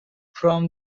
from